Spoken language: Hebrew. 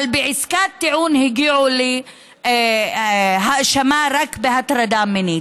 אבל בעסקת טיעון הגיעו להאשמה רק בהטרדה מינית.